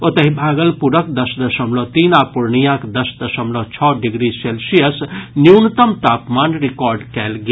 ओतहि भागलपुरक दस दशमलव तीन आ पूर्णियांक दस दशमलव छओ डिग्री सेल्सियस न्यूनतम तापमान रिकॉर्ड कयल गेल